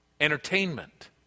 Entertainment